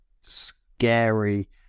scary